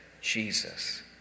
Jesus